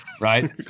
Right